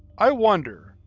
i wonder,